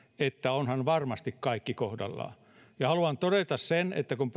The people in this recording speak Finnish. että onhan varmasti kaikki kohdallaan haluan todeta että kun